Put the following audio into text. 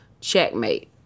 checkmate